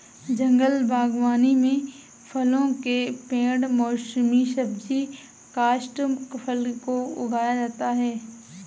जंगल बागवानी में फलों के पेड़ मौसमी सब्जी काष्ठफल को उगाया जाता है